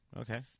Okay